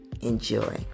Enjoy